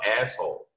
asshole